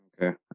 Okay